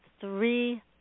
three